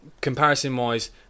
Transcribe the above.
Comparison-wise